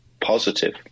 positive